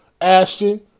Ashton